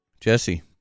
Jesse